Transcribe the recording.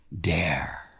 dare